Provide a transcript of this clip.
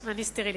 אני סטרילית.